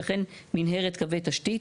וכן מנהרת קווי תשתית".